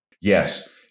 Yes